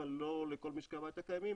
לא לכל משקי הבית הקיימים,